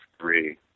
three